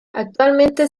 actualmente